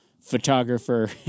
photographer